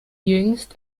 jüngst